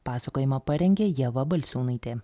pasakojimą parengė ieva balsiūnaitė